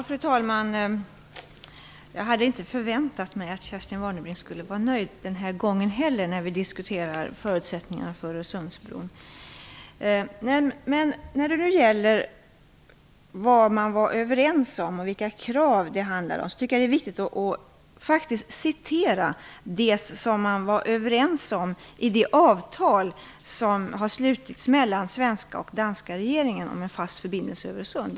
Fru talman! Jag hade inte förväntat mig att Kerstin Warnerbring skulle vara nöjd den här gången heller när vi diskuterar förutsättningarna för Öresundsbron. När det nu gäller vad man var överens om och vilka krav det handlade om, är det viktigt att citera det som man var överens om i det avtal som har slutits mellan de danska och svenska regeringarna om en fast förbindelse över Öresund.